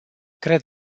cred